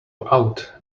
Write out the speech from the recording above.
out